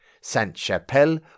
Sainte-Chapelle